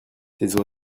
tes